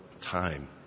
time